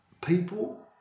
people